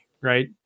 right